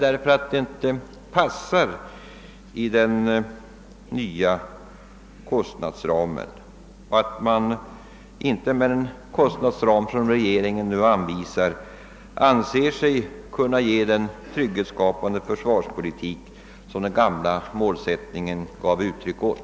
Är det av den anledningen, att man inte med den kostnadsram, som regeringen nu anvisar, anser sig kunna fullfölja den trygghetsskapande försvarspolitik som den gamla målsättningen ger uttryck åt?